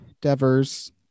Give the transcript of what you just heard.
Devers